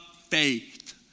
faith